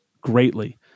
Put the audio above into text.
greatly